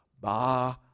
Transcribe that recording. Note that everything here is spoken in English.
bah